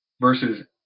versus